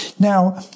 Now